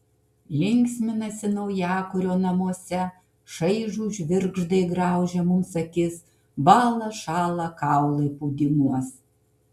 linksminasi naujakurio namuose šaižūs žvirgždai graužia mums akis bąla šąla kaulai pūdymuos